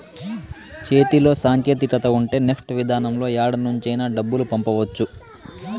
చేతిలో సాంకేతికత ఉంటే నెఫ్ట్ విధానంలో యాడ నుంచైనా డబ్బులు పంపవచ్చు